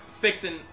fixing